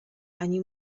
ani